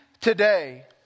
today